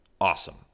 awesome